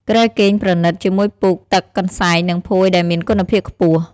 គ្រែគេងប្រណីត ជាមួយពូក ទឹក កន្សែង និងភួយដែលមានគុណភាពខ្ពស់។